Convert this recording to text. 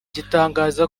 gitangaza